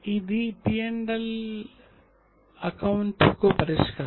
ఇది P L account కు పరిష్కారం